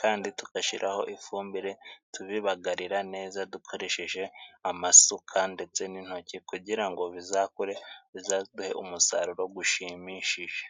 kandi tugashiraho ifumbire tubibagarira neza, dukoresheje amasuka ndetse n'intoki kugira ngo bizakure, bizaduhe umusaruro gwushimishije.